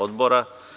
Odbora.